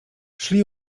szli